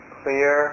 clear